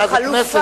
ואז הכנסת אולי,